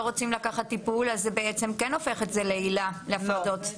לאוכלוסיית טיעוני הפיקוח במתקן מגן